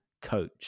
coach